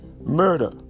Murder